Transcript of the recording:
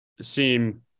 seem